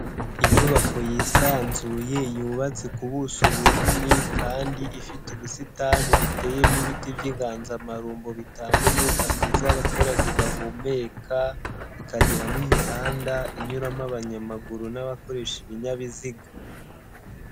Inyubako yisanzuye yubatse ku buso bunini kandi ifite ubusitani buteyemo ibiti by'inganzamarumbo bitanga umwuka mwiza abaturage bahumeka, ikagira n'imihanda inyuramo abanyamaguru n'abakoresha ibinyabiziga.